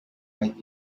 might